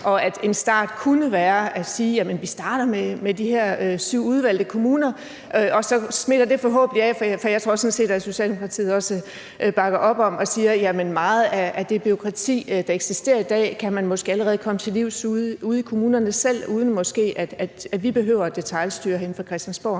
og at en start kunne være at sige, at vi starter med de her syv udvalgte kommuner, og så smitter det forhåbentlig af. For jeg tror sådan set, at Socialdemokratiet også bakker op om at sige, at meget af det bureaukrati, der eksisterer i dag, kan man måske allerede komme til livs ude i kommunerne, uden at vi måske behøver at detailstyre det herinde fra Christiansborg.